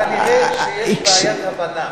זה כנראה שיש בעיית הבנה.